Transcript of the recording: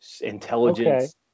intelligence